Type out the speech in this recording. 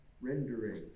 rendering